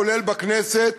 כולל בכנסת,